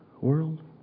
world